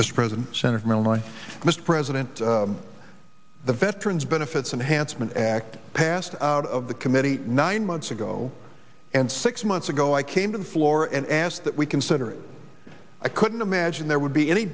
mr president the veterans benefits unhandsome an act passed out of the committee nine months ago and six months ago i came to the floor and asked that we consider it i couldn't imagine there would be any